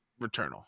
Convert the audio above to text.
Returnal